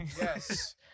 Yes